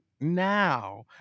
now